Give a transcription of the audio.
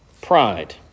pride